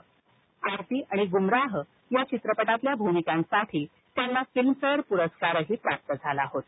तसंच आरती आणि गुमराह चित्रपटातील भूमिकांसाठी त्यांना फिल्मफेअर पुरस्कार प्राप्त झाला होता